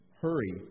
Hurry